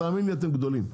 תאמין לי אתם גדולים,